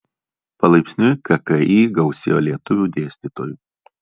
palaipsniui kki gausėjo lietuvių dėstytojų